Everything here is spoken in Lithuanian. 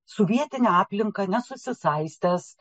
su vietine aplinka nesusisaistęs